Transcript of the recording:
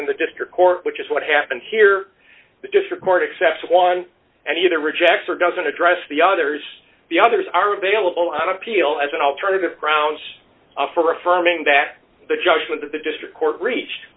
in the district court which is what happened here the district court except one and either rejects or doesn't address the others the others are available on appeal as an alternative grounds for affirming back the judgment that the district court reach